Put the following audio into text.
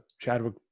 Chadwick